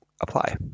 apply